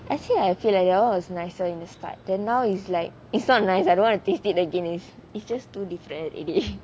actually I feel like that [one] was nicer in the start then now is like it's not nice I don't wanna taste it again it's it's just too different eat it